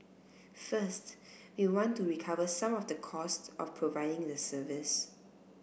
first we want to recover some of the cost of providing the service